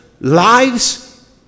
lives